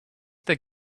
their